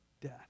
death